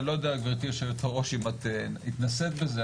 אני לא יודע גבירתי יושבת הראש אם את התנסית בזה,